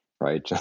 right